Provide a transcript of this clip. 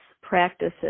practices